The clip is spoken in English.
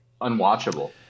unwatchable